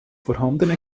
vorhandene